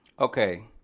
Okay